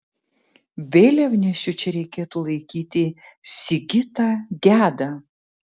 vėliavnešiu čia reikėtų laikyti sigitą gedą